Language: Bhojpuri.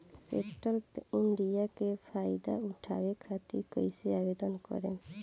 स्टैंडअप इंडिया के फाइदा उठाओ खातिर कईसे आवेदन करेम?